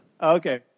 Okay